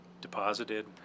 deposited